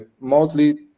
mostly